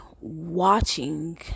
watching